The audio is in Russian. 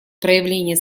проявление